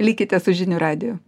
likite su žinių radiju